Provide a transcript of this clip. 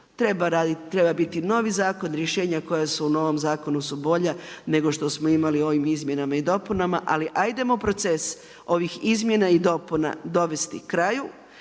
treba biti novi zakon. Rješenja koja su u novom zakonu su bolja nego što smo imali ovim izmjenama i dopunama. Ali hajdemo proces ovih izmjena i dopuna dovesti kraju.